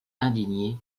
indigné